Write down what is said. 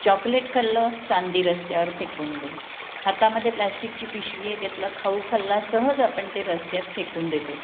chocolate खाल्लं चांदी रस्त्यावर फेकून दे हातामध्ये प्लॅस्टिकची पिशवी आहे त्यातला खाऊ खाल्ला सहज आपण ते रस्त्यात फेकून देतो